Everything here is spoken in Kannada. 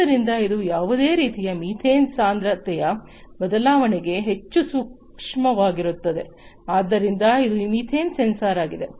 ಆದ್ದರಿಂದ ಇದು ಯಾವುದೇ ರೀತಿಯ ಮೀಥೇನ್ ಸಾಂದ್ರತೆಯ ಬದಲಾವಣೆಗೆ ಹೆಚ್ಚು ಸೂಕ್ಷ್ಮವಾಗಿರುತ್ತದೆ ಆದ್ದರಿಂದ ಇದು ಈ ಮೀಥೇನ್ ಸೆನ್ಸಾರ್ ಆಗಿದೆ